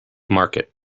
market